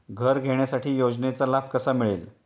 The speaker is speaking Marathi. घर घेण्यासाठी योजनेचा लाभ कसा मिळेल?